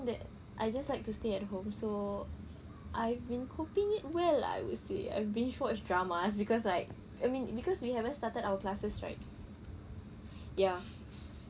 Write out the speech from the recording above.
that I just like to stay at home so I've been coping it well ah I would say I binge watch drama cause like I mean cause we haven't started our classes right ya